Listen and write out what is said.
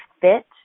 fit